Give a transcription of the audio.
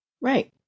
Right